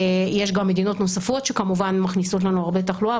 יש גם מדינות נוספות שכמובן מכניסות לנו הרבה תחלואה,